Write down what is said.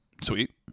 Sweet